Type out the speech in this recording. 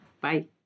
Bye